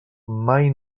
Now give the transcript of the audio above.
mai